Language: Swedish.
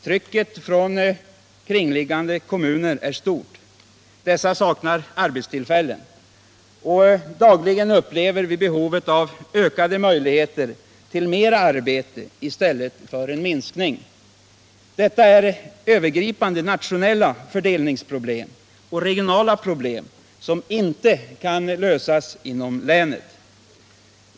Trycket från kringliggande kommuner är stort — dessa saknar arbetstillfällen — och dagligen upplever vi behovet av ökade möjligheter till mera arbete i stället för en minskning. Detta är övergripande nationella fördelningsproblem och regionala problem som inte kan lösas inom länet.